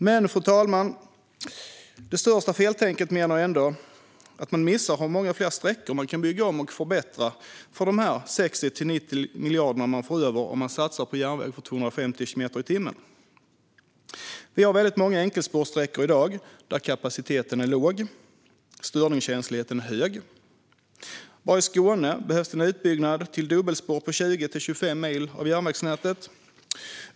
Men, fru talman, det största feltänket menar jag ändå är att man missar hur många fler sträckor man kan bygga om och förbättra för de 60-90 miljarder man får över om man satsar på järnväg för 250 kilometer i timmen. Vi har många enkelspårssträckor i dag där kapaciteten är låg och störningskänsligheten hög. Bara i Skåne behövs det en utbyggnad till dubbelspår på 20-25 mil av järnvägsnätet.